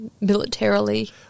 militarily